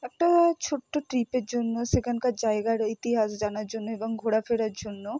একটা ছোটো ট্রিপের জন্য সেখানকার জায়গার ইতিহাস জানার জন্য এবং ঘোরাফেরার জন্য